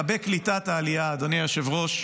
לגבי קליטת העלייה, אדוני היושב-ראש: